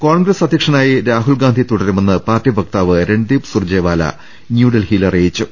കോൺഗ്രസ് അധ്യക്ഷനായി രാഹുൽഗാന്ധി തുടരുമെന്ന് പാർട്ടി വക്താവ് രൺദീപ് സുർജേവാല ന്യൂഡൽഹിയിൽ അറിയിച്ചു